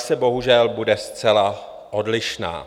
Praxe bohužel bude zcela odlišná.